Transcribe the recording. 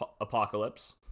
Apocalypse